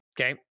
Okay